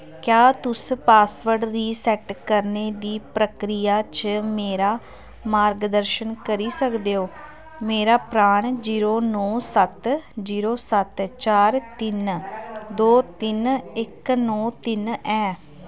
क्या तुस password reset करने दी प्रक्रिया च मेरा मार्गदर्शन करी सकदे ओ मेरा परान जीरो नौ सत्त जीरो सत्त चार तिन्न दो तिन्न इक नौ तिन्न ऐ